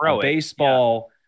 Baseball